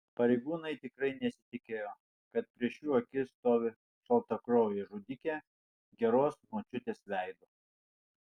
pareigūnai tikrai nesitikėjo kad prieš jų akis stovi šaltakraujė žudikė geros močiutės veidu